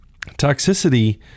toxicity